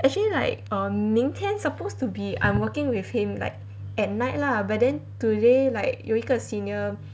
actually like on 明天 suppose to be I'm working with him like at night lah but then today like 有一个 senior